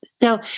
Now